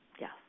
Yes